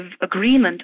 agreement